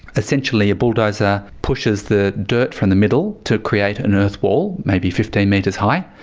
essentially a bulldozer pushes the dirt from the middle to create an earth wall may be fifteen metres high,